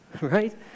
right